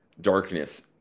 darkness